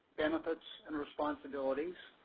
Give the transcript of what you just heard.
benefits, and responsibilities,